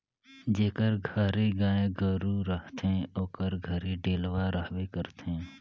जेकर घरे गाय गरू रहथे ओकर घरे डेलवा रहबे करथे